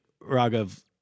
Raghav